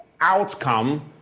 outcome